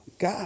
God